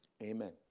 Amen